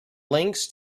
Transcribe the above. links